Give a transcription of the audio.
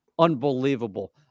Unbelievable